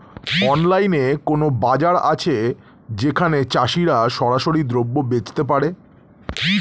অনলাইনে কোনো বাজার আছে যেখানে চাষিরা সরাসরি দ্রব্য বেচতে পারে?